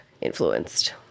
influenced